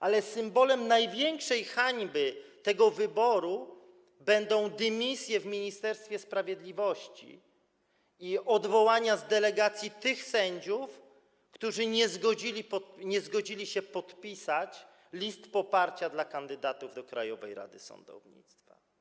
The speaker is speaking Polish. Ale symbolem największej hańby tego wyboru będą dymisje w Ministerstwie Sprawiedliwości i odwołania z delegacji tych sędziów, którzy nie zgodzili się podpisać list poparcia dla kandydatów do Krajowej Rady Sądownictwa.